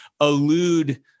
elude